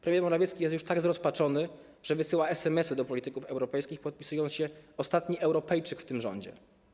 Premier Morawiecki jest już tak zrozpaczony, że wysyła SMS-y do polityków europejskich, podpisując się: ostatni Europejczyk w tym rządzie.